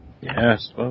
Yes